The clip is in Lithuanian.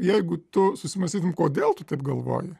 jeigu tu susimąstytum kodėl tu taip galvoji